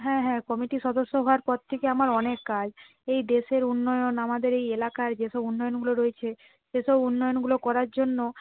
হ্যাঁ হ্যাঁ কমিটির সদস্য হবার পর থেকে আমার অনেক কাজ এই দেশের উন্নয়ন আমাদের এই এলাকার যেসব উন্নয়নগুলো রয়েছে সেসব উন্নয়নগুলো করার জন্য